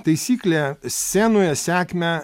taisyklė scenoje sekmę